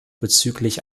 bezüglich